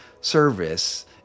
Service